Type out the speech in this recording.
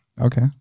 Okay